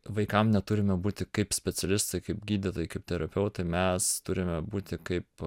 vaikam neturime būti kaip specialistai kaip gydytojai kaip terapeutai mes turime būti kaip